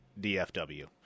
DFW